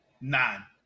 Nine